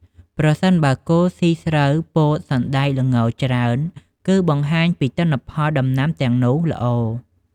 ប្រសិនបើគោស៊ី ស្រូវ ពោត សណ្តែក ល្ង ច្រើន គឺបង្ហាញពីទិន្នផលដំណាំទាំងនោះល្អ។